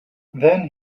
then